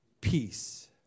peace